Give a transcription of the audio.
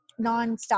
nonstop